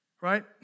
right